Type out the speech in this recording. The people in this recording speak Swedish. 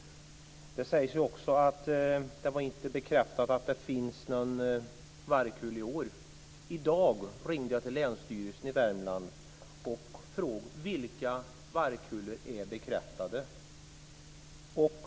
Det sägs också att det inte var bekräftat att det finns någon vargkull i år. Jag ringde i dag till Länsstyrelsen i Värmland och frågade hur många vargkullar som är bekräftade.